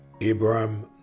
Abraham